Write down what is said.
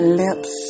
lips